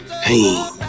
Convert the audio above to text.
Hey